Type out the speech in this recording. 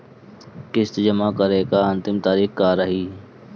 किस्त जमा करे के अंतिम तारीख का रही?